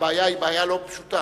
הבעיה היא בעיה לא פשוטה,